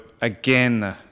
again